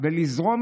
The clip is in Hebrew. כבוד היושב-ראש,